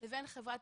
חברת